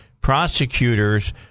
prosecutors